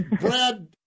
Brad